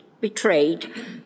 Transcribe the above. betrayed